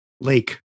lake